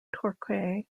torquay